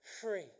free